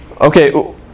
Okay